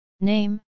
Name